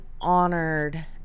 honored